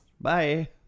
Bye